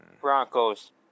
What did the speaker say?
Broncos